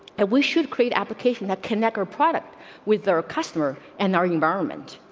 and we should create application that connect our product with their customer and our environment.